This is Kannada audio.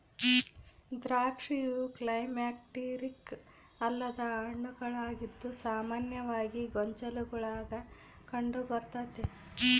ದ್ರಾಕ್ಷಿಯು ಕ್ಲೈಮ್ಯಾಕ್ಟೀರಿಕ್ ಅಲ್ಲದ ಹಣ್ಣುಗಳಾಗಿದ್ದು ಸಾಮಾನ್ಯವಾಗಿ ಗೊಂಚಲುಗುಳಾಗ ಕಂಡುಬರ್ತತೆ